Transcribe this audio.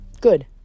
good